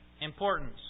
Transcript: importance